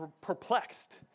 perplexed